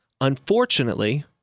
Unfortunately